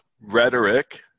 rhetoric